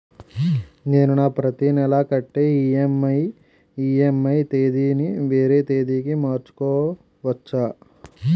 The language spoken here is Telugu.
నేను నా ప్రతి నెల కట్టే ఈ.ఎం.ఐ ఈ.ఎం.ఐ తేదీ ని వేరే తేదీ కి మార్చుకోవచ్చా?